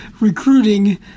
recruiting